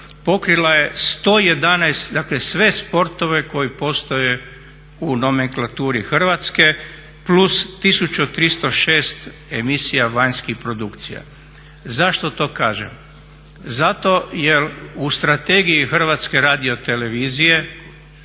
pokrila je 111 dakle sve sportove koji postoje u nomenklaturi Hrvatske plus 1306 emisija vanjskih produkcija. Zašto to kažem? Zato jer u Strategiji HRT-a explicite